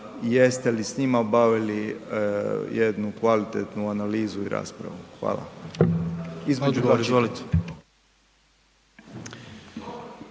jeste li s njima obavili jednu kvalitetnu analizu i raspravu. Hvala.